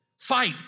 Fight